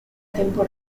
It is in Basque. tempo